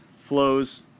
flows